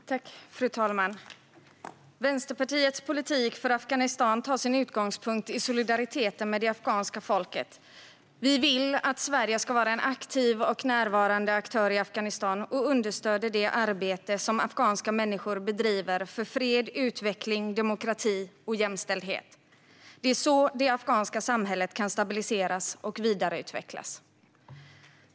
Samarbetsavtal om partnerskap och utveckling mellan Europeiska unionen och dess medlems-stater, å ena sidan, och islamiska republiken Afghanistan, å andra sidan punkt i solidariteten med det afghanska folket. Vi vill att Sverige ska vara en aktiv och närvarande aktör i Afghanistan och understöder det arbete som afghanska människor bedriver för fred, utveckling, demokrati och jämställdhet. Det är så det afghanska samhället kan stabiliseras och vidareutvecklas.